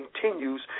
continues